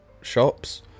shops